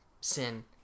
Sin